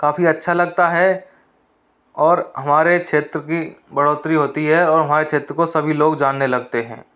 काफ़ी अच्छा लगता है और हमारे क्षेत्र की बढ़ोतरी होती है और हमारे क्षेत्र को सभी लोग जानने लगते हैं